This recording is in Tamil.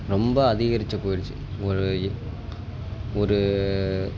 ரொம்ப அதிகரிச்சு போயிடுச்சு ஒரு ஒரு